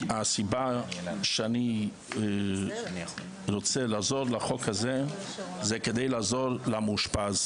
הסיבה שאני רוצה לעזור לחוק הזה זה כדי לעזור למאושפז.